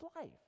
life